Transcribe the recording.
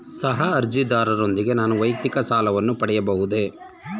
ಸಹ ಅರ್ಜಿದಾರರೊಂದಿಗೆ ನಾನು ವೈಯಕ್ತಿಕ ಸಾಲವನ್ನು ಪಡೆಯಬಹುದೇ?